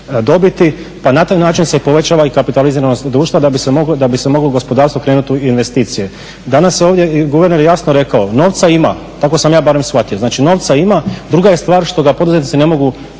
dobiti pa na taj način se povećava i kapitaliziranost društva da bi moglo gospodarstvo krenut u investicije. Danas je ovdje guverner jasno rekao, novca ima, tako sam ja barem shvatio, znači novca ima, druga je stvar što ga poduzetnici ne mogu